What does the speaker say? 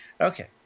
Okay